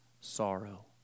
sorrow